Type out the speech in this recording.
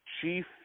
chief –